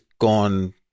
gone